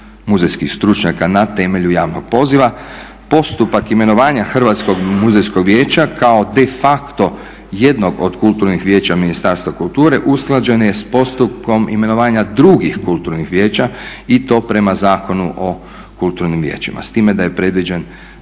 muzejskih stručnjaka na temelju javnog poziva. Postupak imenovanja Hrvatskog muzejskog vijeća kao de facto jednog od kulturnih vijeća Ministarstva kulture usklađen je s postupkom imenovanja drugih kulturnih vijeća i to prema Zakonu o kulturnim vijećima. S time da je predviđen